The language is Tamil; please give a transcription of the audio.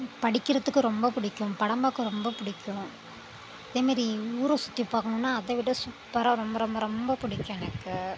படிக்கிறதுக்கு ரொம்ப பிடிக்கும் படம் பார்க்க ரொம்ப பிடிக்கும் அதே மாதிரி ஊரை சுற்றி பார்க்கணும்னால் அதை விட சூப்பராக ரொம்ப ரொம்ப ரொம்ப பிடிக்கும் எனக்கு